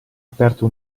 aperto